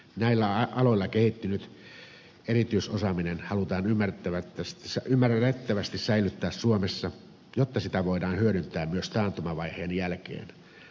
näillä aloilla kehittynyt erityisosaaminen halutaan ymmärrettävästi säilyttää suomessa jotta sitä voidaan hyödyntää myös taantumavaiheen jälkeen